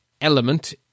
element